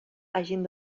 hagin